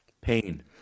Pain